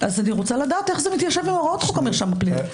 אני רוצה לדעת איך זה מתיישב עם הוראות חוק המרשם הפלילי.